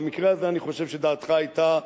במקרה הזה אני חושב שדעתך היתה,